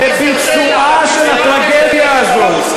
לביצועה של הטרגדיה הזו.